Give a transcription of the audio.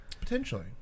potentially